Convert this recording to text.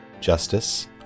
justice